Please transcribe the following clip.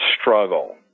struggle